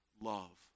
love